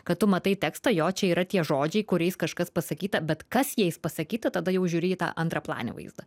kad tu matai tekstą jo čia yra tie žodžiai kuriais kažkas pasakyta bet kas jais pasakyta tada jau žiūri į tą antraplanį vaizdą